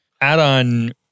add-on